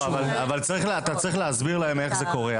צריך להסביר להם איך זה קורה.